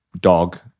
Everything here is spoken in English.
dog